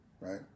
right